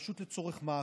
פשוט לצורך מעקב.